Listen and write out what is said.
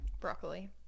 Broccoli